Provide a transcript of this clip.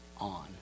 on